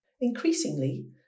Increasingly